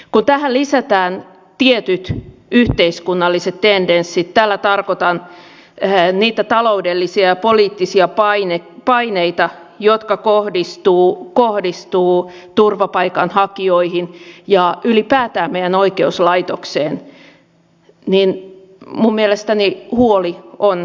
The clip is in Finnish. kun tähän lisätään tietyt yhteiskunnalliset tendenssit tällä tarkoitan niitä taloudellisia ja poliittisia paineita jotka kohdistuvat turvapaikanhakijoihin ja ylipäätään meidän oikeuslaitokseemme niin minun mielestäni huoli on vähintäänkin aiheellinen